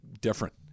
different